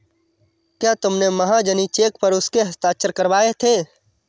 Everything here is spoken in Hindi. क्या तुमने महाजनी चेक पर उसके हस्ताक्षर करवाए थे?